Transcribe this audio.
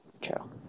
true